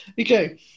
Okay